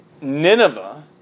Nineveh